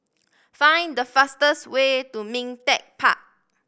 find the fastest way to Ming Teck Park